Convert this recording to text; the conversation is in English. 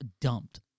dumped